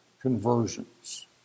conversions